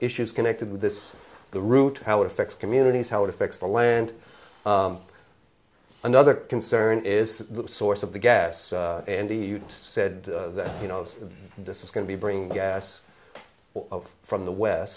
issues connected with this the route how it affects communities how it affects the land another concern is the source of the gas and he said that he knows this is going to be bringing gas over from the west